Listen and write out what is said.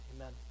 amen